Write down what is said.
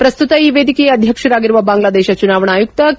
ಪ್ರಸ್ತುತ ಈ ವೇದಿಕೆಯ ಅಧ್ಯಕ್ಷರಾಗಿರುವ ಬಾಂಗ್ಲಾದೇಶ ಚುನಾವಣಾ ಆಯುಕ್ತ ಕೆ